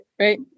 right